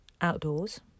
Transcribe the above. outdoors